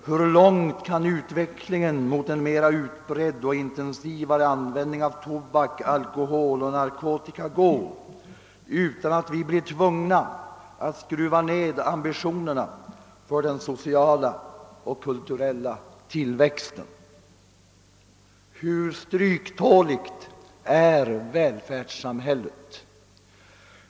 Hur långt kan utvecklingen mot en mera utbredd och intensivare användning av tobak, alkohol och narkotika gå utan att vi blir tvungna att skruva ned ambitionerna på den sociala och kulturella tillväxten?» Hur stryktåligt är välfärdssamhället?